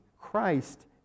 Christ